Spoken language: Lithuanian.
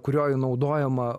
kurioj naudojama